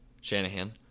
Shanahan